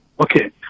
Okay